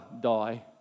die